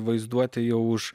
vaizduotė jau už